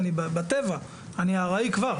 אני אדבר אתו אחר כך אישית.